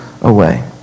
away